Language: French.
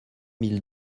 mille